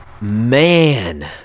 Man